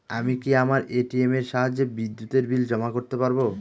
আমি কি আমার এ.টি.এম এর সাহায্যে বিদ্যুতের বিল জমা করতে পারব?